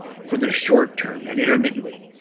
for the short term and intermittently,